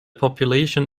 population